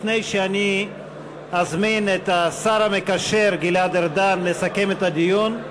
לפני שאזמין את השר המקשר גלעד ארדן לסכם את הדיון,